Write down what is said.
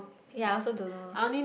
ya I also don't know